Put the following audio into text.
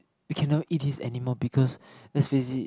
we cannot eat this anymore because let's face it